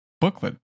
booklet